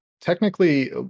Technically